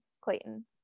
Clayton